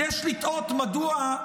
אז יש לתהות מדוע,